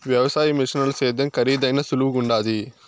వ్యవసాయ మిషనుల సేద్యం కరీదైనా సులువుగుండాది